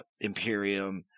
Imperium